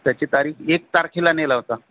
त्याची तारीख एक तारखेला नेला होता